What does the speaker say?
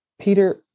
Peter